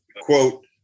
quote